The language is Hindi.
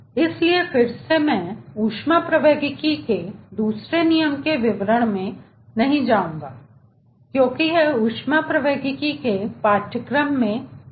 इसलिए फिर से मैं ऊष्मप्रवैगिकी के दूसरे नियम के विवरण में नहीं जाऊंगा क्योंकि यह ऊष्मप्रवैगिकी के पाठ्यक्रम में किया जाता है